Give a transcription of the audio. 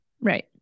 Right